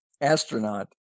astronaut